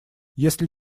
если